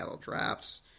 drafts